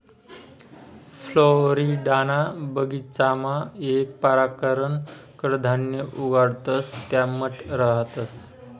फ्लोरिडाना बगीचामा येक परकारनं कडधान्य उगाडतंस त्या मठ रहातंस